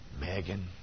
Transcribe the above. Megan